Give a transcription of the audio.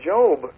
Job